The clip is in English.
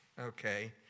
okay